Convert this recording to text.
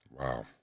wow